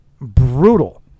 brutal